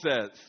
says